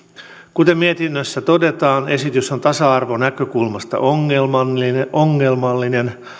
kuten mietinnössä todetaan esitys on tasa arvonäkökulmasta ongelmallinen ongelmallinen